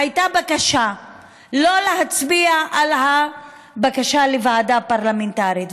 והייתה בקשה שלא להצביע על הבקשה לוועדה פרלמנטרית.